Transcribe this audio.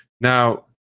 Now